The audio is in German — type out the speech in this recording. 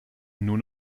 nur